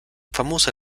famosa